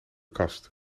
kast